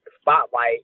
spotlight